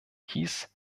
hieß